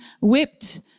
whipped